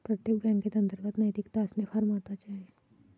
प्रत्येक बँकेत अंतर्गत नैतिकता असणे फार महत्वाचे आहे